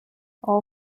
all